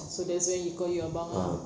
oh so that's when he call you abang ah